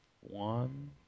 one